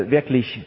wirklich